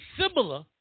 similar